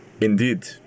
indeed